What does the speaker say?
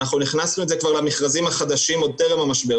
אנחנו הכנסנו את זה למכרזים החדשים עוד טרם המשבר.